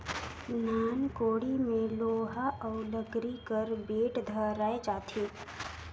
नान कोड़ी मे लोहा अउ लकरी कर बेठ धराल जाथे